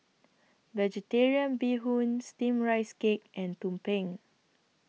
Vegetarian Bee Hoon Steamed Rice Cake and Tumpeng